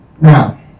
Now